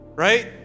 Right